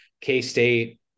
K-State